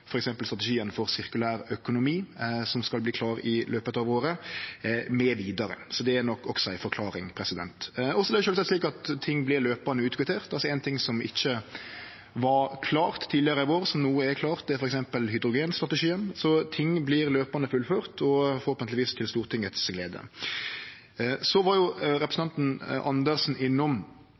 strategien for sirkulær økonomi, som skal verte klar i løpet av året, mv. Så det er nok også ei forklaring. Så er det sjølvsagt slik at ting løpande vert kvitterte ut. Ein ting som f.eks. ikkje var klar tidlegare i vår, som no er klar, er hydrogenstrategien. Så ting vert fullførte løpande – og forhåpentlegvis til Stortingets glede. Så var representanten Andersen innom